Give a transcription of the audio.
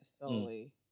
solely